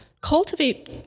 cultivate